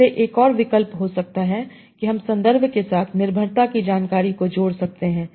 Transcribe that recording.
इसलिए एक और विकल्प हो सकता है कि हम संदर्भ के साथ निर्भरता की जानकारी को जोड़ सकते हैं